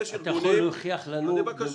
יש ארגונים --- אתה יכול להוכיח לנו --- בבקשה